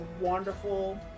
wonderful